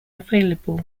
available